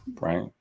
right